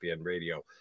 radio